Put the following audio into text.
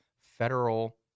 federal